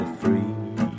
free